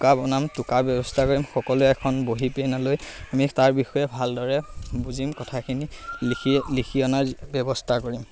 টোকা বনাম টোকাৰ ব্যৱস্থা কৰিম সকলোৱে এখন বহি পেন লৈ আমি তাৰ বিষয়ে ভালদৰে বুজিম কথাখিনি লিখি লিখি অনাৰ ব্যৱস্থা কৰিম